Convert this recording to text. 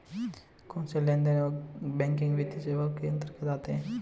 कौनसे लेनदेन गैर बैंकिंग वित्तीय सेवाओं के अंतर्गत आते हैं?